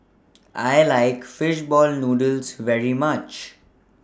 I like Fish Ball Noodles very much